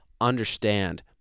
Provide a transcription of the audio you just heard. understand